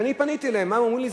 וכשאני פניתי אליהם, מה הם אמרו לי?